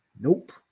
Nope